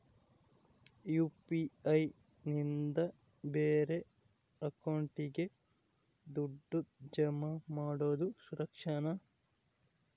UPI ನಿಂದ ಬೇರೆ ಅಕೌಂಟಿಗೆ ದುಡ್ಡು ಜಮಾ ಮಾಡೋದು ಸುರಕ್ಷಾನಾ?